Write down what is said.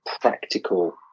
practical